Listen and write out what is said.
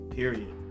period